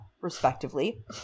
respectively